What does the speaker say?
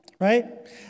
right